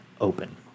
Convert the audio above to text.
open